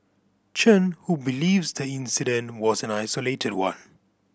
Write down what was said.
Chen who believes the incident was an isolated one